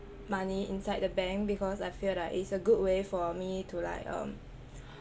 money inside the bank because I feel like it's a good way for me to like um